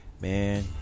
man